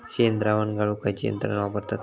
शेणद्रावण गाळूक खयची यंत्रणा वापरतत?